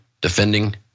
defending